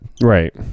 Right